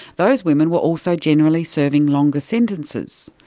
those women were also generally serving longer sentences.